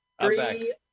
Three